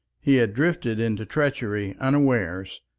he had drifted into treachery unawares,